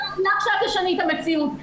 אל תשני את המציאות.